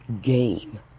game